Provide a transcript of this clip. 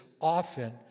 often